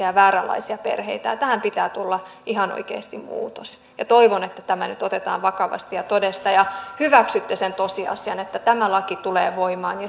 ja vääränlaisia perheitä tähän pitää tulla ihan oikeasti muutos toivon että tämä nyt otetaan vakavasti ja todesta ja hyväksytte sen tosiasian että tämä laki tulee voimaan